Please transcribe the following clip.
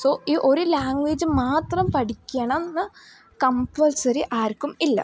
so ഈ ഒരു language മാത്രം പഠിക്കണം എന്ന് കംപൽസറി ആർക്കും ഇല്ല